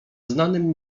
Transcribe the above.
znanym